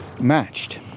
matched